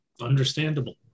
understandable